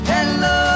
Hello